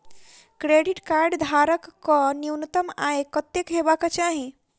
Credit card धारक कऽ न्यूनतम आय कत्तेक हेबाक चाहि?